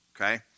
Okay